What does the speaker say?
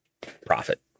profit